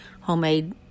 homemade